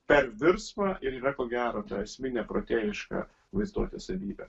per virsmą ir yra ko gero ta esminė protėjiška vaizduotės savybė